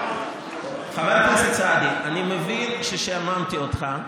חבר הכנסת סעדי, אני מבין ששעממתי אותך,